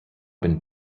been